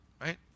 right